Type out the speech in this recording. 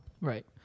Right